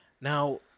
now